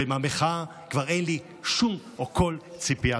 ומהמחאה כבר אין לי שום, או כל, ציפייה.